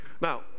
Now